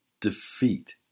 defeat